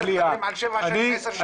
מדברים על שבע שנים, עשר שנים.